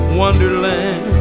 wonderland